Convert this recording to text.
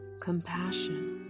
compassion